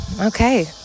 Okay